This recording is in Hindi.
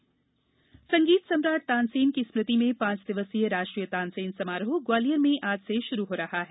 तानसेन समारोह संगीत सम्राट तानसेन की स्मृति में पांच दिवसीय राष्ट्रीय तानसेन समारोह ग्वालियर में आज से शुरू हो रहा है